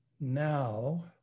now